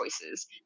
choices